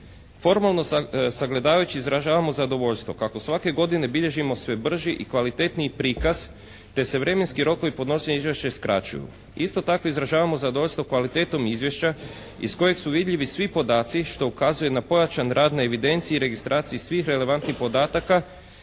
Formalno sagledavajući izražavamo zadovoljstvo kako svake godine bilježimo sve brži i kvalitetniji prikaz te se vremenski rokovi podnošenja izvješća skraćuju. Isto tako, izražavamo zadovoljstvo kvalitetom izvješća iz kojeg su vidljivi svi podaci što ukazuje na pojačan rad na evidenciji i registraciji svih relevantnih podataka